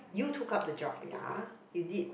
you took up the job ya you did